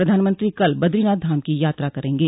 प्रधानमंत्री कल बद्रीनाथ धाम की यात्रा करेंगे